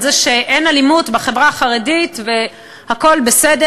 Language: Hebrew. על זה שאין אלימות בחברה החרדית והכול בסדר.